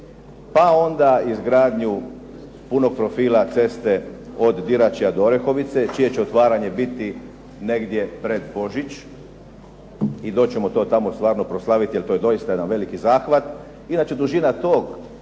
pa onda izgradnju punog profila ceste od Diračja do Orehovice čije će otvaranje biti negdje pred Božić i doći ćemo to tamo stvarno proslaviti jer to je doista jedan veliki zahvat. Inače, dužina tog